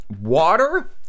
water